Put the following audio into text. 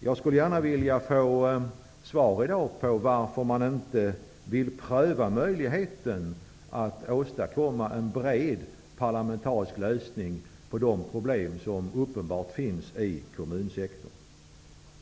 Jag skulle gärna vilja få svar i dag på varför man inte vill pröva möjligheten att åstadkomma en bred parlamentarisk lösning på de problem som uppenbarligen finns i kommunsektorn.